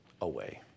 Away